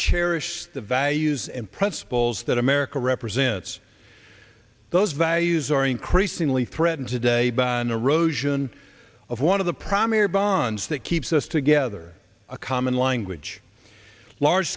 cherished the values and principles that america represents those values are increasingly threatened today by an erosion of one of the primary bonds that keeps us together a common language large